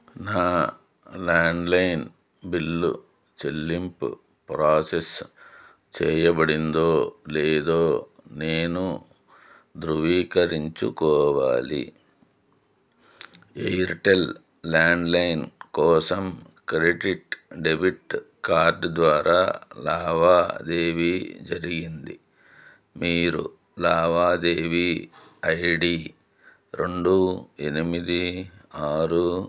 నా landline bill చెల్లింపు process చేయబడిందో లేదో నేను ధ్రువీకరించుకోవాలి ఎయిర్టెల్ ల్యాండ్లైన్ కోసం క్రెడిట్ డెబిట్ కార్డ్ ద్వారా లావాదేవి జరిగింది మీరు లావాదేవి ఐడి రెండు ఎనిమిది ఆరు